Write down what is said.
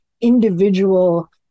individual